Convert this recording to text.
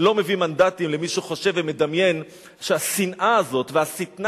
לא מביא מנדטים למי שחושב ומדמיין שהשנאה הזאת והשטנה